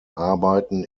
arbeiten